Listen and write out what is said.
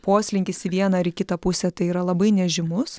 poslinkis į vieną ar į kitą pusę tai yra labai nežymus